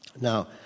Now